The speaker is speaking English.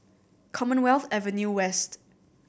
Commonwealth Avenue West